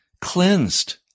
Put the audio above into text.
cleansed